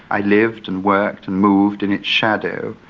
i lived and worked and moved in its shadow.